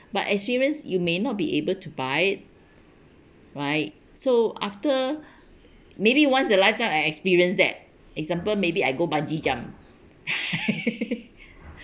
but experience you may not be able to buy right so after maybe once in a lifetime I experienced that example maybe I go bungee jump